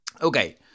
Okay